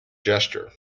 gesture